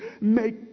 make